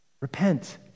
Repent